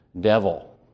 devil